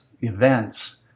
events